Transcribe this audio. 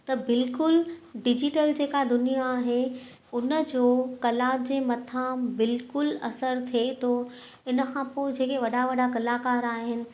त बिल्कुलु डिजिटल जेका दुनिया आहे उन जो कला जे मथां बिल्कुलु असर थिए थो इन खां पोइ जेके वॾा वॾा कलाकार आहिनि